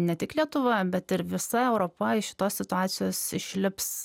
ne tik lietuva bet ir visa europa iš šitos situacijos išlips